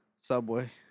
Subway